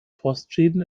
frostschäden